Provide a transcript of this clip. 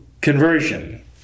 conversion